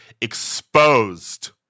exposed